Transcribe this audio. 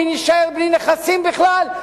כי נישאר בלי נכסים בכלל,